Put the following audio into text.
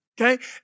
Okay